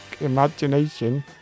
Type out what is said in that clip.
imagination